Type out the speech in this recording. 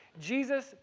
Jesus